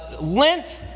lint